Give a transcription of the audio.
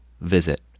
visit